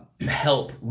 help